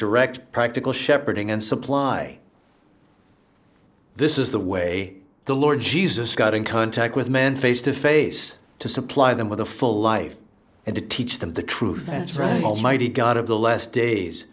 direct practical shepherding and supply this is the way the lord jesus got in contact with men face to face to supply them with a full life and to teach them the truth answered almighty god of the last days